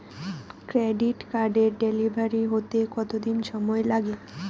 Credit কার্ডের delivery হতে কতদিন সময় লাগে?